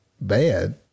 bad